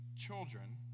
children